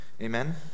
Amen